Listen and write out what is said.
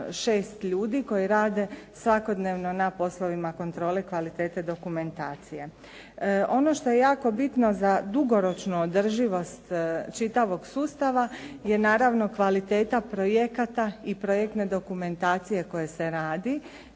šest ljudi koji rade svakodnevno na poslovima kontrole kvalitete dokumentacije. Ono što je jako bitno za dugoročnu održivost čitavog sustava je naravno kvaliteta projekata i projektne dokumentacije koja se radi.